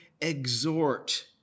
exhort